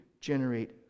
generate